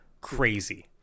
crazy